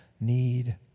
need